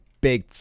big